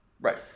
right